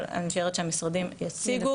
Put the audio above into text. אבל אני משערת המשרדים יציגו.